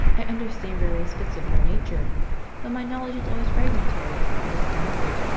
i understand various bits of your nature but my knowledge is always fragmentary and disconnected,